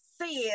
says